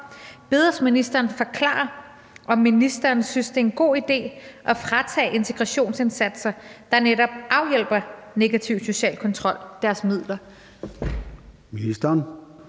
bedes ministeren forklare, om ministeren synes, det er en god idé at fratage integrationsindsatser, der netop afhjælper negativ social kontrol, deres midler?